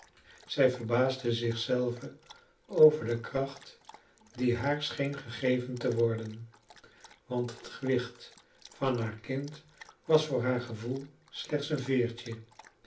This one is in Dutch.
zij verbaasde zich zelve over de kracht die haar scheen gegeven te worden want het gewicht van haar kind was voor haar gevoel slechts een veertje